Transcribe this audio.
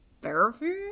therapy